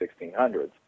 1600s